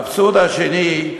והאבסורד השני,